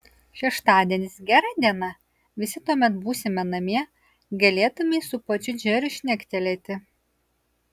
šeštadienis gera diena visi tuomet būsime namie galėtumei su pačiu džeriu šnektelėti